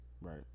Right